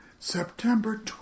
September